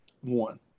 one